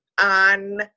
on